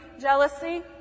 jealousy